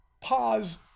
pause